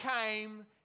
came